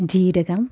ജീരകം